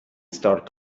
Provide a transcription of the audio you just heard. start